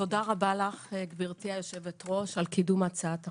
תודה רבה לך גברתי היושבת-ראש על קידום הצעת החוק.